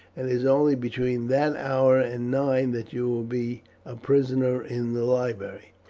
and it is only between that hour and nine that you will be a prisoner in the library.